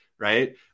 Right